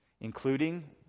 including